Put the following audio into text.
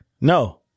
no